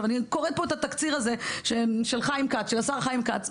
אני קוראת פה את התקציר הזה של השר חיים כץ.